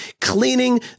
cleaning